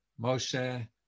Moshe